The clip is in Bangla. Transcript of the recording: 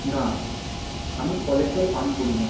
না আমি কলের জল পান করি না